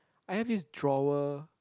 I have this drawer